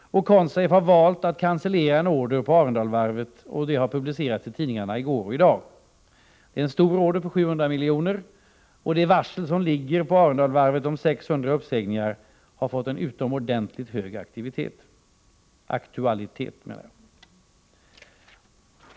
Consafe har valt att cancellera en order på Arendalsvarvet; det publicerades i tidningarna i går och i dag. Det är en stor order på 700 miljoner. Det varsel om 600 uppsägningar som ligger på Arendalsvarvet har fått en utomordentligt hög aktualitet.